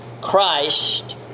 Christ